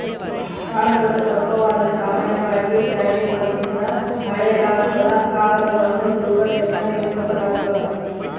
ಕಾಗದದ ದಪ್ಪವನ್ನು ಸಾಮಾನ್ಯವಾಗಿ ಕ್ಯಾಲಿಪರ್ನಿಂದ ಅಳೆಯಲಾಗ್ತದ ಕಾಗದವನ್ನು ತೂಕದಿಂದ ನಿರೂಪಿಸಾಲಾಗ್ತದ